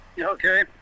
Okay